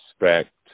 respect